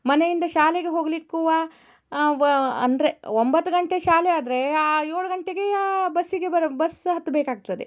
ಮನೆಯಿಂದ ಶಾಲೆಗೆ ಹೋಗ್ಲಿಕ್ಕು ಅಂದರೆ ಒಂಬತ್ತು ಗಂಟೆ ಶಾಲೆ ಆದರೆ ಏಳು ಗಂಟೆಗೆ ಬಸ್ಸಿಗೆ ಬರು ಬಸ್ ಹತ್ತಬೇಕಾಗ್ತದೆ